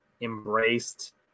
embraced